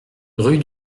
rue